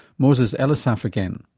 moses elisaf again.